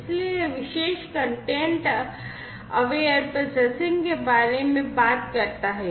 इसलिए यह विशेष content aware processing के बारे में बात करता है